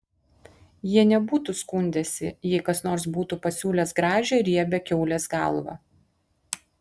jie nebūtų skundęsi jei kas nors būtų pasiūlęs gražią riebią kiaulės galvą